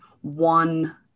one